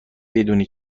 بدونم